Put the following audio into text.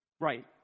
Right